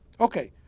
ok.